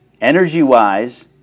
energy-wise